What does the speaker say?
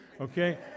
Okay